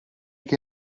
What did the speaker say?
che